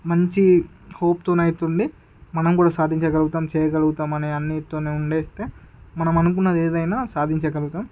మంచి హోప్ తో అయితే ఉండి మనం కూడా సాధించగలుగుతాం చేయగలుగుతాం అని అన్నిటితో ఉండేస్తే మనం అనుకున్నది ఏదైన సాధించగలుగుతాం